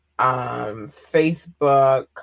Facebook